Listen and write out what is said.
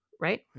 Right